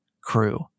crew